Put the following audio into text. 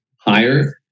higher